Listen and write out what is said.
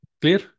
clear